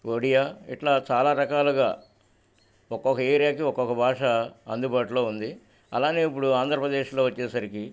ఒడియా ఇట్లా చాలా రకాలుగా ఒక్కొక్క ఏరియాకి ఒక్కొక్క భాష అందుబాటులో ఉంది అలానే ఇప్పుడు ఆంధ్రప్రదేశ్లో వచ్చేసరికి